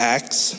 Acts